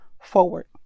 forward